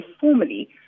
formally